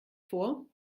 vor